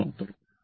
അത്രമാത്രം